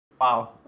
Wow